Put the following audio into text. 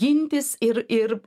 gintis ir ir